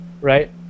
right